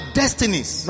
destinies